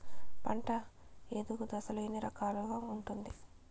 పంట ఎదుగు దశలు ఎన్ని రకాలుగా ఉంటుంది?